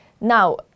now